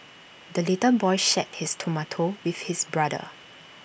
the little boy shared his tomato with his brother